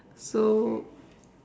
so